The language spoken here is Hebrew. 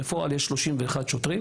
בפועל, יש 31 שוטרים